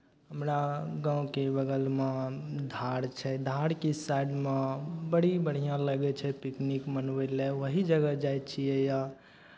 हमरा गाँवके बगलमे धार छै धारके साइडमे बड़ी बढ़िआँ लगै छै पिकनिक मनबै लए वही जगह जाइ छियै या